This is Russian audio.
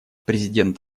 президент